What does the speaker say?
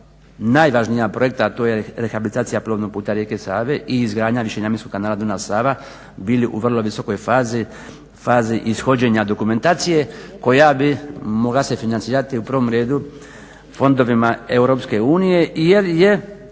najvažnija projekta, a to je rehabilitacija plovnog puta rijeke Save i izgradnja višenamjenskog kanala Dunav-Sava bili u vrlo visokoj fazi, fazi ishođenja dokumentacije koja bi mogla se financirati u provom redu fondovima EU jer je